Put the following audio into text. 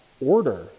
order